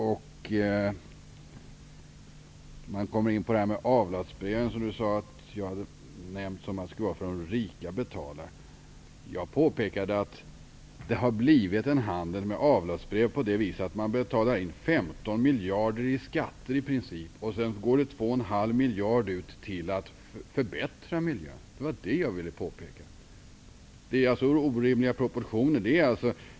Lennart Fremling sade att jag hade nämnt att man skulle ha de rika att betala avlatsbreven. Jag påpekade att det har blivit en handel med avlatsbrev så till vida att man i princip betalar in 15 miljarder i skatter. Sedan går 2,5 miljarder ut för att förbättra miljön. Det var det jag ville påpeka. Det är orimliga proportioner.